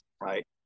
right